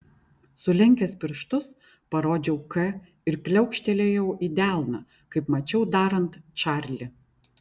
sulenkęs pirštus parodžiau k ir pliaukštelėjau į delną kaip mačiau darant čarlį